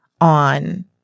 on